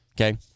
okay